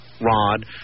rod